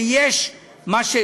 ויש מה,